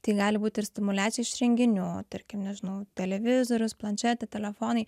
tai gali būti ir stimuliacija iš renginių tarkim nežinau televizorius planšetė telefonai